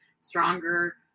stronger